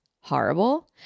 horrible